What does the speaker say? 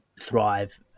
thrive